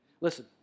Listen